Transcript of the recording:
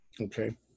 Okay